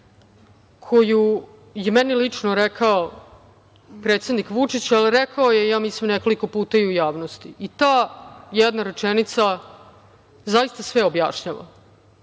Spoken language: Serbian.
koju je meni lično rekao predsednik Vučić, a rekao je nekoliko puta i u javnosti. Ta jedna rečenica zaista sve objašnjava,